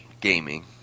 gaming